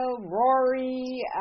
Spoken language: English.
Rory